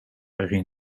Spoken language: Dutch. erin